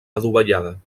adovellada